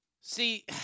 See